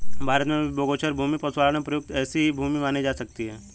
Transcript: भारत में भी गोचर भूमि पशुपालन में प्रयुक्त ऐसी ही भूमि मानी जा सकती है